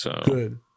Good